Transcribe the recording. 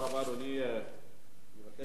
אני מבקש להזמין את חבר הכנסת